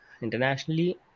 internationally